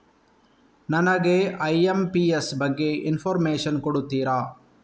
ನನಗೆ ಐ.ಎಂ.ಪಿ.ಎಸ್ ಬಗ್ಗೆ ಇನ್ಫೋರ್ಮೇಷನ್ ಕೊಡುತ್ತೀರಾ?